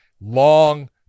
long